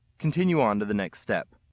continue on to the next step.